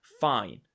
fine